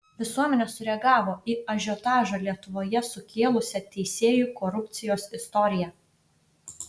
visuomenė sureagavo į ažiotažą lietuvoje sukėlusią teisėjų korupcijos istoriją